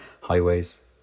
highways